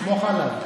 סמוך עליו.